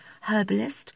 herbalist